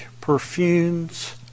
perfumes